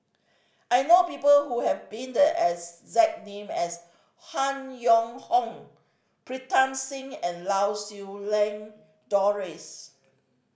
I know people who have been the exact name as Han Yong Hong Pritam Singh and Lau Siew Lang Doris